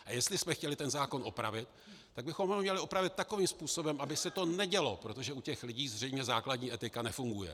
A jestli jsme chtěli ten zákon opravit, tak bychom ho měli opravit takovým způsobem, aby se to nedělo, protože u těch lidí zřejmě základní etika nefunguje.